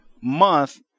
month